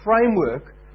framework